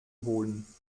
holen